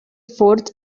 fourth